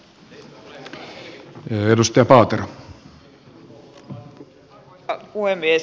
arvoisa puhemies